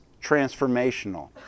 transformational